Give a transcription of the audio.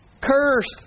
Cursed